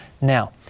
Now